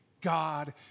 God